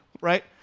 right